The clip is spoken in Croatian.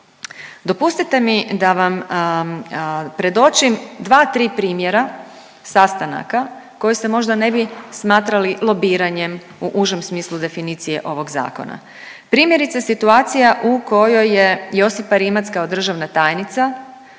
Dopustite mi da vam predočim dva, tri primjera sastanaka koji se možda ne bi smatrali lobiranjem u užem smislu definicije ovog zakona. Primjerice situacija u kojoj je Josipa Rimac kao državna tajnica